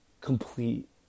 complete